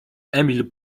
emil